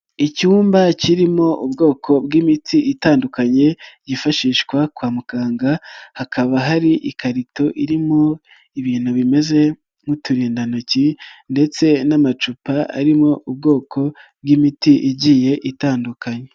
Icyumba kirimo ubwoko bw'imiti itandukanye yifashishwa kwa muganga hakaba hari ikarito irimo ibintu bimeze nk'uturindantoki ndetse n'amacupa arimo ubwoko bw'imiti igiye itandukanye.